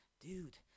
dude